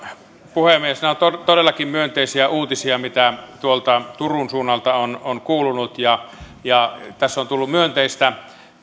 puhemies nämä ovat todellakin myönteisiä uutisia mitä tuolta turun suunnalta on on kuulunut tässä on tullut myönteistä